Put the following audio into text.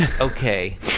Okay